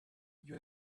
you